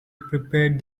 prepared